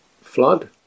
flood